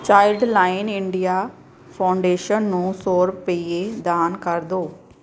Childline India Foundation ਨੂੰ ਸੌ ਰੁਪਈਏ ਦਾਨ ਕਰ ਦਿਉ